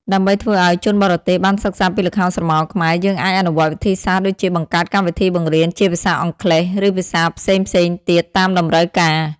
ដើម្បីធ្វើឲ្យ ជនបរទេសបានសិក្សាពីល្ខោនស្រមោលខ្មែរ យើងអាចអនុវត្តវិធីសាស្រ្តដូចជាបង្កើតកម្មវិធីបង្រៀនជាភាសាអង់គ្លេស ឬភាសាផ្សេងៗទៀតតាមតម្រូវការ